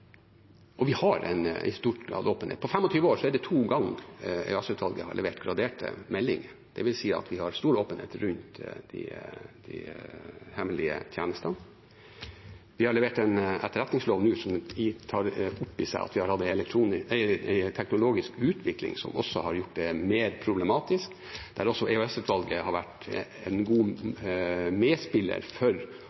Vi har i stor grad åpenhet. På 25 år er det to ganger EOS-utvalget har levert graderte meldinger. Det vil si at vi har stor åpenhet rundt de hemmelige tjenestene. Vi har nå levert en etterretningstjenestelov som tar opp i seg at vi har hatt en teknologisk utvikling som også har gjort det mer problematisk, der også EOS-utvalget har vært en god